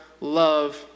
love